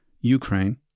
Ukraine